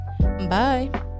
Bye